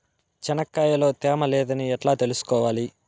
చెనక్కాయ లో తేమ లేదని ఎట్లా తెలుసుకోవాలి?